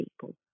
people